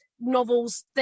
novels